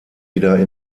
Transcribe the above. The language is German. wieder